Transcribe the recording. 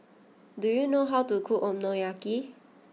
do you know how to cook Okonomiyaki